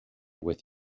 with